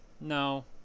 no